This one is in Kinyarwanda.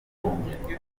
n’ubwiyunge